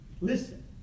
Listen